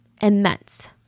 Immense